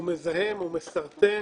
הוא מזהם, הוא מסרטן,